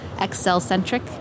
Excel-centric